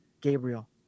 Gabriel